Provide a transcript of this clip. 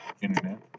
internet